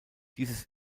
dieses